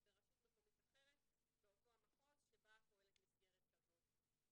ברשות מקומית אחרת באותו המחוז שבה פועלת מסגרת כזאת.